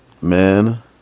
Man